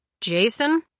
Jason